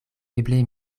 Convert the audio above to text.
eble